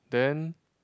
then